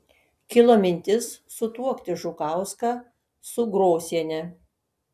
kilo mintis sutuokti žukauską su grosiene